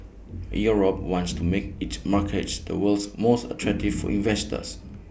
Europe wants to make its markets the world's most attractive for investors